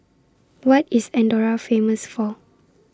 What IS Andorra Famous For